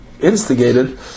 instigated